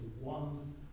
one